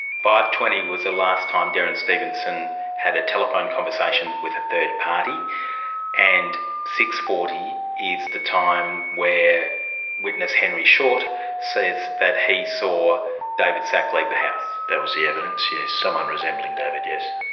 five. twenty was the last time derrance stevenson had telephone conversation with a third party and six. forty is the time where witness henry short says that he saw david szach leave like the house. that was the evidence, yes, someone resembling david, yes.